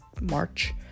March